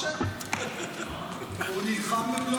נלחם.